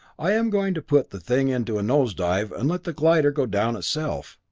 i am going to put the thing into a nose dive and let the glider go down itself.